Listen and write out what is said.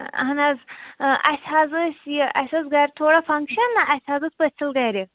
اہن حظ اَسہِ حظ ٲسۍ یہِ اَسہِ ٲس گَرِ تھوڑا فَنٛگشن نا اَسہِ حظ اوس پٔژھِل گَرِ